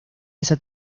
esa